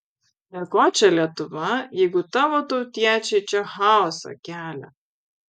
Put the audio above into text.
prie ko čia lietuva jeigu tavo tautiečiai čia chaosą kelia